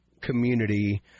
community –